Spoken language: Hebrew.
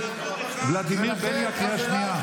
ולדימיר בליאק, קריאה שנייה.